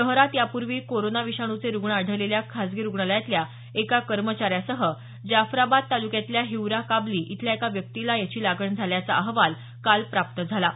शहरात यापूर्वी कोरोना विषाणूचे रुग्ण आढळलेल्या खासगी रुग्णालयातल्या एका कर्मचाऱ्यासह जाफराबाद तालुक्यातल्या हिवरा काबली इथल्या एका व्यक्तीला याची लागण झाल्याचा अहवाल प्राप्त झाला आहे